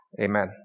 Amen